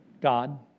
God